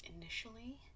initially